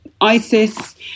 ISIS